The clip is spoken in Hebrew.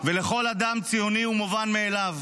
ולכל אדם ציוני הוא מובן מאליו: